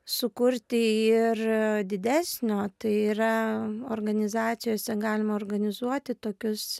sukurti ir didesnio tai yra organizacijose galima organizuoti tokius